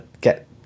get